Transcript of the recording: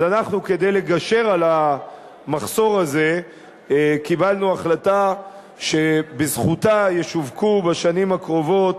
אז כדי לגשר על המחסור הזה קיבלנו החלטה שבזכותה ישווקו בשנים הקרובות